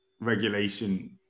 regulation